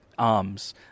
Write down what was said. Arms